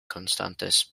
constantes